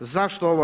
Zašto ovo?